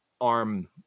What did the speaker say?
arm